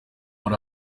muri